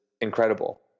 incredible